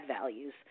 values